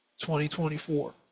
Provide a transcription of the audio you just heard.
2024